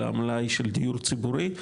למלאי של דיור ציבורי,